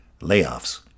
Layoffs